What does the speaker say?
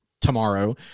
tomorrow